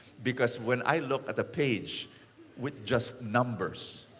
because when i look at the page with just numbers,